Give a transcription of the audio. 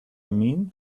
mean